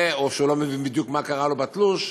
או שהוא לא מבין בדיוק מה קרה לו בתלוש,